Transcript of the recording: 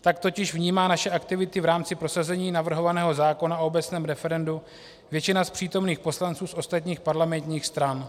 Tak totiž vnímá naše aktivity v rámci prosazení navrhovaného zákona o obecném referendu většina z přítomných poslanců z ostatních parlamentních stran.